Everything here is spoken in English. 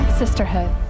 sisterhood